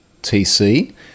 TC